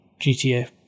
GTA